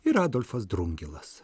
ir adolfas drungilas